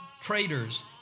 traitors